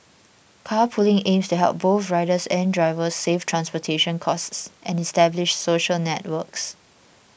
carpooling aims to help both riders and drivers save transportation costs and establish social networks